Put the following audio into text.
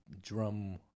drum